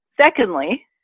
Secondly